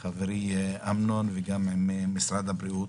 עם חברי אמנון שמואלי, וגם עם משרד הבריאות.